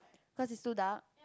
cause it's too dark